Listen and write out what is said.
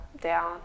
down